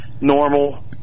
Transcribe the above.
normal